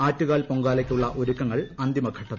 ആറ്റുകാൽ പൊങ്കാലയ്ക്കുള്ള ഒരുക്കങ്ങൾ അന്തിമഘട്ടത്തിൽ